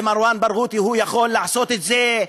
ומרואן ברגותי יכול לעשות את זה,